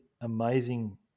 amazing